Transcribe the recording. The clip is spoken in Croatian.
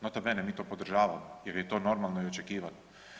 Nota bene, mi to podržavamo jer je to normalno i očekivano.